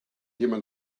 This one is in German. jemand